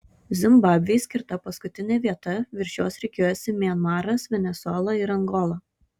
zimbabvei skirta paskutinė vieta virš jos rikiuojasi mianmaras venesuela ir angola